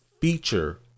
feature